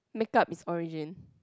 makeup is origin